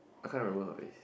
I can't remember her face